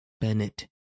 Bennett